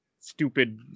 stupid